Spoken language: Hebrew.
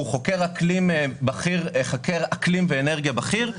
חוקר אקלים ואנרגיה בכיר,